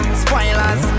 spoilers